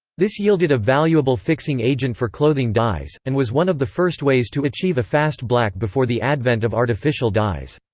this yielded a valuable fixing agent for clothing dyes, and was one of the first ways to achieve a fast black before the advent of artificial dyes.